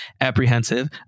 apprehensive